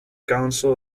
council